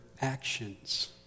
actions